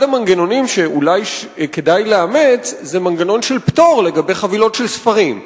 אחד המנגנונים שאולי כדאי לאמץ זה מנגנון של פטור לגבי חבילות של ספרים,